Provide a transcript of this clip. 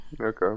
Okay